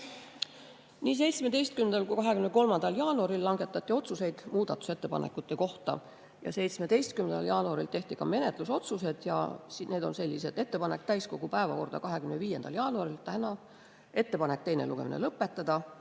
17. kui 23. jaanuaril langetati otsuseid muudatusettepanekute kohta. 17. jaanuaril tehti ka menetlusotsused ja need on sellised: teha ettepanek [võtta eelnõu] täiskogu päevakorda 25. jaanuaril ehk siis täna; teha ettepanek teine lugemine lõpetada;